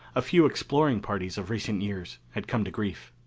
a few exploring parties of recent years had come to grief.